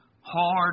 hard